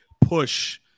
push